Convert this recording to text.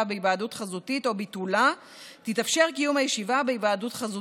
בהיוועדות חזותית או ביטולה יתאפשר קיום הישיבה בהיוועדות חזותית.